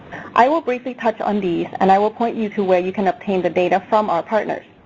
i will briefly touch on these and i will point you to where you can obtain the data from our partners.